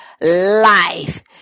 life